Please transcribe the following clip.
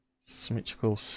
Symmetrical